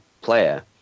player